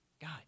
God